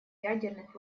ядерных